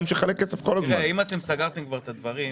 אם סגרתם כבר את הדברים,